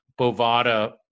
bovada